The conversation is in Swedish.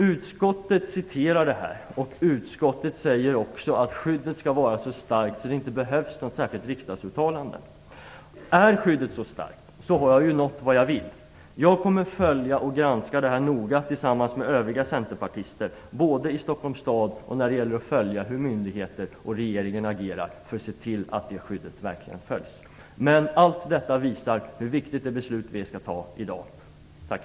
Utskottet citerar detta och säger att skyddet skall vara så starkt att det inte behövs något särskilt riksdagsuttalande. Är skyddet så starkt har jag ju nått vad jag vill. Tillsammans med övriga centerpartister kommer jag att noga följa och granska hur såväl Stockholms stad som myndigheter och regeringen agerar för att se till att det skyddet verkligen respekteras. Allt detta visar hur viktigt det beslut som vi skall fatta i dag är.